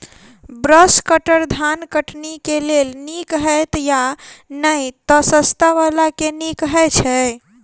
Brush cutter धान कटनी केँ लेल नीक हएत या नै तऽ सस्ता वला केँ नीक हय छै?